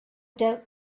doubt